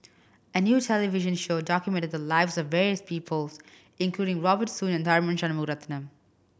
a new television show document the lives of various people including Robert Soon and Tharman Shanmugaratnam